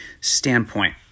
standpoint